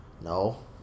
No